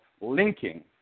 linking